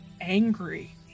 angry